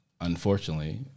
unfortunately